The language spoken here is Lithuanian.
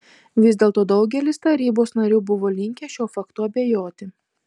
vis dėlto daugelis tarybos narių buvo linkę šiuo faktu abejoti